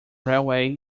railway